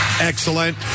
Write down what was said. Excellent